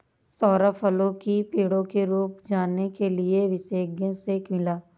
सौरभ फलों की पेड़ों की रूप जानने के लिए विशेषज्ञ से मिला